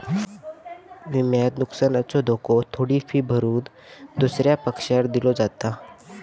विम्यात नुकसानीचो धोको थोडी फी भरून दुसऱ्या पक्षाक दिलो जाता